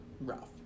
rough